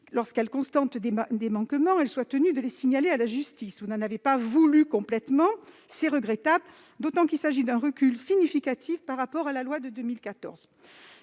lorsqu'elles constatent des manquements, elles soient tenues de les signaler à la justice. Vous n'en avez pas voulu complètement. C'est regrettable, d'autant qu'il s'agit d'un recul significatif par rapport à la loi de 2014.